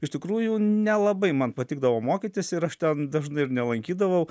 iš tikrųjų nelabai man patikdavo mokytis ir aš ten dažnai ir nelankydavau